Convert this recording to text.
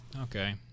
okay